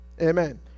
Amen